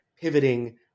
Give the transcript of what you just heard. pivoting